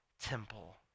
temple